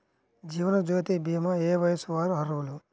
జీవనజ్యోతి భీమా ఏ వయస్సు వారు అర్హులు?